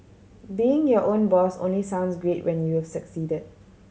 being your own boss only sounds great when you've succeeded